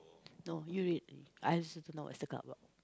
no you read I also don't know what's the card about